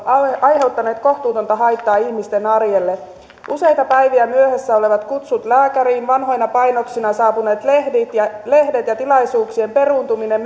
aiheuttaneet kohtuutonta haittaa ihmisten arjelle useita päiviä myöhässä olevat kutsut lääkäriin vanhoina painoksina saapuneet lehdet ja lehdet ja tilaisuuksien peruuntuminen